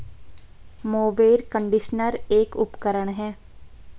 mower conditioner एक उपकरण है